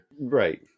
right